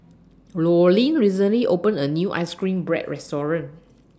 Loreen recently opened A New Ice Cream Bread Restaurant